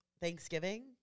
Thanksgiving